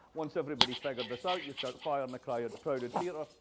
once everybody figured this out, you shout fire in a crowded crowded theater,